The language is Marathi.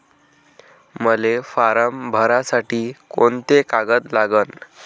मले फारम भरासाठी कोंते कागद लागन?